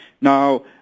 Now